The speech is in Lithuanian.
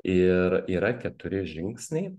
ir yra keturi žingsniai